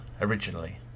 originally